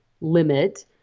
limit